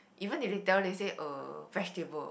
even if they tell they say uh vegetable